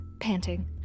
panting